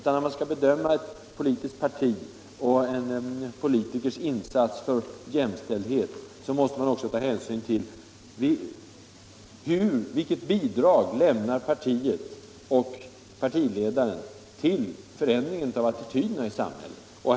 När man skall bedöma ett politiskt partis och en politikers insats för jämställdheten måste man också ta hänsyn till vilket bidrag partiet och partiledaren lämnar till förändringen av attityderna i samhället.